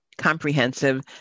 comprehensive